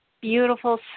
beautiful